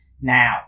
Now